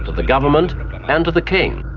the government and to the king.